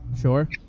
sure